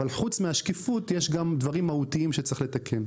אבל חוץ מהשקיפות יש גם דברים מהותיים שצריך לתקן.